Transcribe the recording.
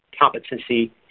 competency